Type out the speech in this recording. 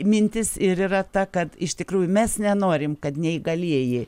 mintis ir yra ta kad iš tikrųjų mes nenorim kad neįgalieji